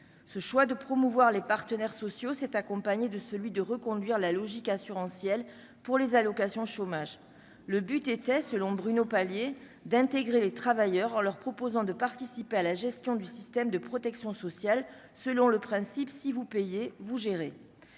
ce choix de promouvoir les partenaires sociaux s'est accompagné de celui de reconduire la logique assurantielle pour les allocations chômage, le but était, selon Bruno Palier, d'intégrer les travailleurs en leur proposant de participer à la gestion du système de protection sociale, selon le principe si vous payez-vous gérer